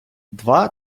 два